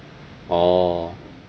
orh